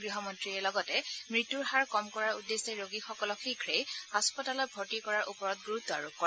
গৃহমন্নীয়ে লগতে মৃত্যুৰ হাৰ কম কৰাৰ উদ্দেশ্যে ৰোগীসকলক শীঘ্ৰেই হাস্পতালত ভৰ্তি কৰাৰ ওপৰত গুৰুত্ব আৰোপ কৰে